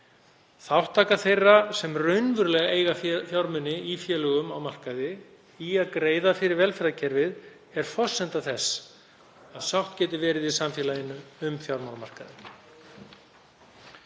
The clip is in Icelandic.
Þátttaka þeirra sem eiga raunverulega fjármuni í félögum á markaði í að greiða fyrir velferðarkerfið er forsenda þess að sátt geti verið í samfélaginu um fjármálamarkaðinn.